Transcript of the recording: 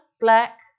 Black